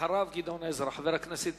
אחריו, חבר הכנסת